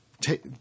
take